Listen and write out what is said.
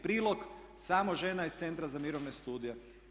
Prilog samo žena iz Centra za mirovne studije.